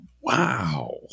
Wow